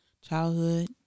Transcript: Childhood